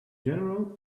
general